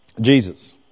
Jesus